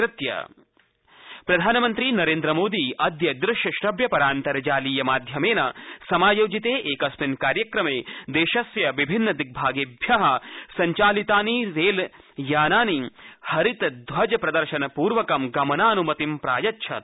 प्रधानमंत्री केवडिया प्रधानमन्त्री नरेन्द्रमोदी अद्य द्रश्यश्रव्य परान्तर्जालीय माध्यमेन समायोजिते एकिस्मन् कार्यक्रमे देशस्य विभिन्न दिग्भागेभ्यः सञ्चलितानि रेलयानानि हरितध्वज प्रदर्शनप्रस्सरं गमनानुमतिं प्रायच्छत्